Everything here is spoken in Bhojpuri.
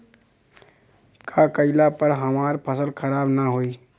का कइला पर हमार फसल खराब ना होयी?